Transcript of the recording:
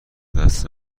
دست